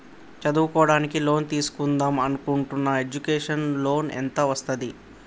చదువుకోవడానికి లోన్ తీస్కుందాం అనుకుంటున్నా ఎడ్యుకేషన్ లోన్ ఎంత వస్తది?